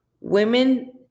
women